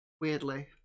weirdly